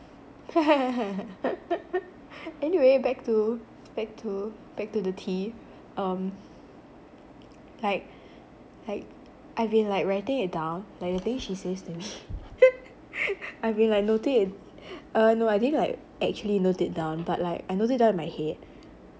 anyway back to back to back to the tea um like like I've been like writing it down like the things she says to me I've been like noting it uh no I didn't like actually note it down but like I note it down in my head